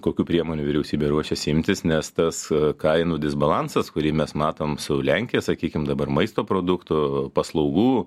kokių priemonių vyriausybė ruošiasi imtis nes tas kainų disbalansas kurį mes matom su lenkija sakykim dabar maisto produktų paslaugų